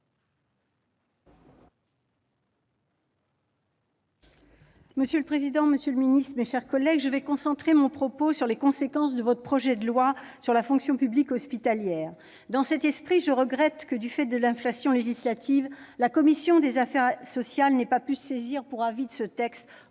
Monsieur le président, monsieur le secrétaire d'État, mes chers collègues, je concentrerai mon propos sur les conséquences de ce projet de loi sur la fonction publique hospitalière. Dans cet esprit, je regrette que, du fait de l'inflation législative, la commission des affaires sociales n'ait pu se saisir pour avis de ce texte,